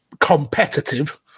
competitive